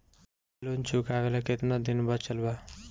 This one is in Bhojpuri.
लोन चुकावे ला कितना दिन बचल बा?